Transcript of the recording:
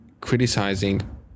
criticizing